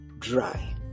dry